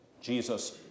Jesus